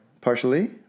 partially